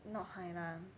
not high lah